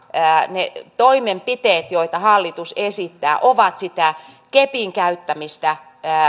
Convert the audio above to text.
ne toimenpiteet joita hallitus esittää ovat sitä kepin käyttämistä